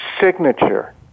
signature